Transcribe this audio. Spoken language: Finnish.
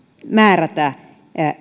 määrätä